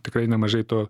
tikrai nemažai to